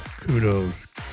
kudos